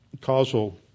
causal